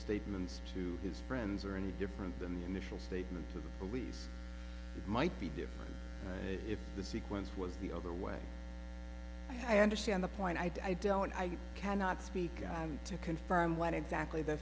statements to his friends are any different than the initial statement to the police might be different if the sequence was the over way i understand the point i don't i cannot speak to confirm what exactly the